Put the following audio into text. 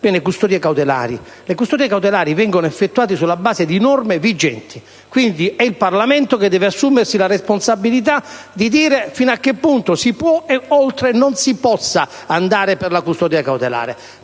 Le custodie cautelari vengono effettuate sulla base di norme vigenti: quindi è il Parlamento che deve assumersi la responsabilità di dire fino a che punto si può o non si può andare per la custodia cautelare.